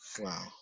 Wow